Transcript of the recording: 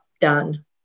done